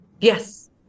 Yes